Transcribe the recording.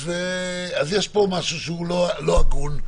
יש פה משהו לא הגון,